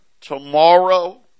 tomorrow